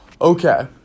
Okay